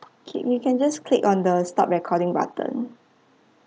okay you can just click on the stop recording button